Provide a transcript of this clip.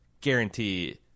guarantee